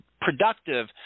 productive